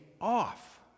off